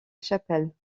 chapelle